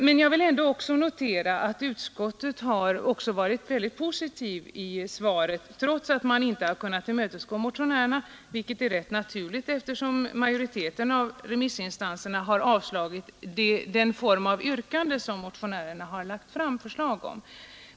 Men jag vill ändå notera att utskottet varit mycket positivt i sitt svar, trots att det inte har kunnat tillmötesgå motionärerna, vilket är naturligt, eftersom majoriteten av remissinstanserna har avstyrkt det av motionärerna ställda yrkandet.